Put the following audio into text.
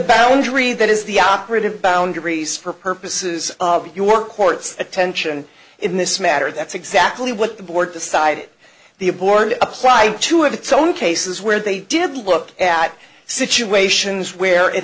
boundary that is the operative boundaries for purposes of your court's attention in this matter that's exactly what the board decided the a board apply to have its own cases where they did look at situations where it